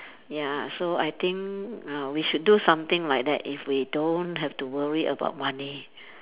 ya so I think uh we should do something like that if we don't have to worry about money